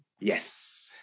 Yes